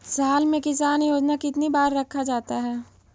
साल में किसान योजना कितनी बार रखा जाता है?